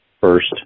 first